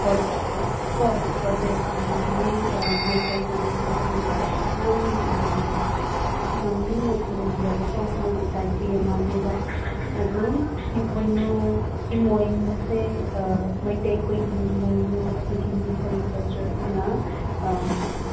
God ꯀꯣ ꯒꯣꯗꯦꯖ ꯑꯃꯅꯤ ꯃꯩꯇꯩ ꯃꯅꯤꯄꯨꯔꯤꯒꯤ ꯌꯥꯝ ꯌꯥꯝ ꯂꯨꯅ ꯈꯨꯔꯨꯝꯖꯕꯀꯣ ꯃꯣꯏꯒꯤ ꯗꯥꯏꯇꯤ ꯑꯃꯅꯦꯕ ꯑꯗꯨ ꯏꯃꯣꯏꯅꯨ ꯏꯃꯣꯏꯅꯨꯁꯦ ꯃꯩꯇꯩꯈꯣꯏꯒꯤꯅ ꯏꯃꯣꯏꯅꯨ ꯑꯗꯨꯁꯤꯡꯗꯨ ꯑꯩꯈꯣꯏꯒꯤ ꯀꯜꯆꯔ ꯑꯗꯨꯅ